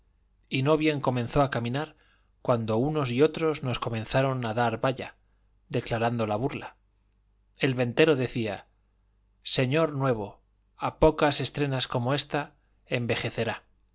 y no bien comenzó a caminar cuando unos y otros nos comenzaron a dar vaya declarando la burla el ventero decía señor nuevo a pocas estrenas como ésta envejecerá